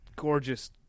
gorgeous